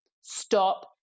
stop